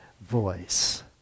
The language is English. voice